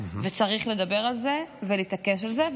וצריך לדבר על זה ולהתעקש על זה,